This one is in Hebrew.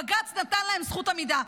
בג"ץ נתן להם זכות עמידה.